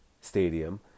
stadium